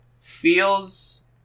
feels